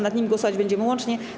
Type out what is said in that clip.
Nad nimi głosować będziemy łącznie.